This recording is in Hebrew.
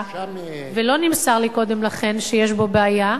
ולא נמסר לי קודם לכן שיש בו בעיה,